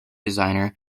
designer